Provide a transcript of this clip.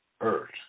earth